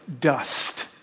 dust